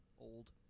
old